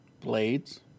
Blades